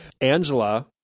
Angela